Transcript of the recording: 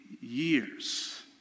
years